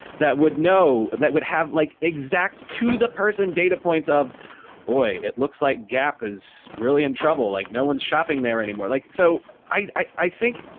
that would know, that would have like exact to the person data points of boy, it looks like gap is really in trouble. like no one's shopping there anymore. like so i i think,